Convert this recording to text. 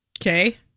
Okay